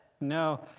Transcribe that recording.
no